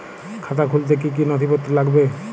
খাতা খুলতে কি কি নথিপত্র লাগবে?